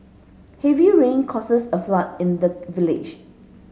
heavy rain causes a flood in the village